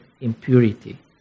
impurity